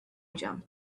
jump